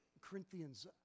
Corinthians